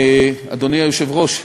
אדוני היושב-ראש,